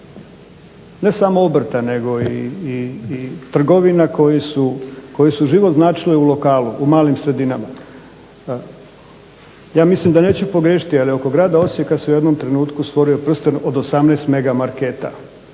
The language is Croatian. ne samo obrta nego i trgovina koje su život značile u lokalu, u malim sredinama. Ja mislim da neću pogriješiti, ali oko grada Osijeka se u jednom trenutku stvorio prsten od 18 mega marketa.